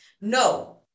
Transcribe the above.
No